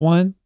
One